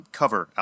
cover